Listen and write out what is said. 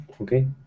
okay